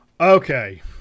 okay